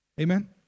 Amen